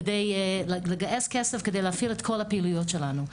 כדי לגייס כסף, כדי להפעיל את כל הפעילויות שלנו.